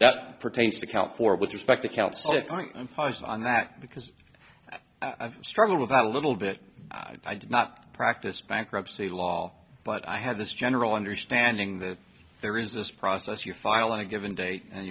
that pertains to count four with respect to counts on that because i've struggled with that a little bit i did not practice bankruptcy law but i have this general understanding that there is this process you file on a given date and